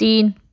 तीन